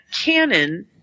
Canon